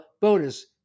bonus